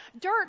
dirt